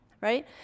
Right